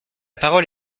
parole